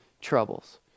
troubles